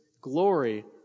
glory